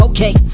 Okay